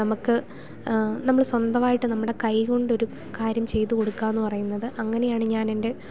നമുക്ക് നമ്മൾ സ്വന്തമായിട്ട് നമ്മുടെ കൈ കൊണ്ട് ഒരു കാര്യം ചെയ്തു കൊടുക്കാമെന്ന് പറയുന്നത് അങ്ങനെയാണ് ഞാൻ എൻ്റെ